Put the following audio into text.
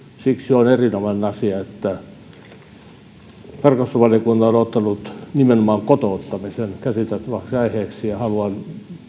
siksi on erinomainen asia että tarkastusvaliokunta on ottanut nimenomaan kotouttamisen käsiteltäväksi aiheeksi ja haluan